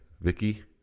Vicky